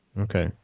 Okay